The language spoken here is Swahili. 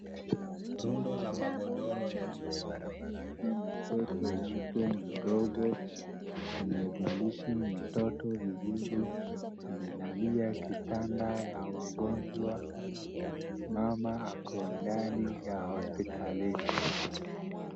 Huyu ni mama na mtoto yake mdogo, amevalisha mtoto vizuri. Amelalia kitanda ya wagonjwa. Mama ako ndani ya hospitalini.